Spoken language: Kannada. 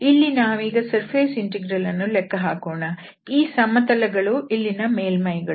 ಇಲ್ಲಿ ನಾವೀಗ ಸರ್ಫೇಸ್ ಇಂಟೆಗ್ರಲ್ ಅನ್ನು ಲೆಕ್ಕ ಹಾಕೋಣ ಈ ಸಮತಲಗಳು ಇಲ್ಲಿನ ಮೇಲ್ಮೈ ಗಳು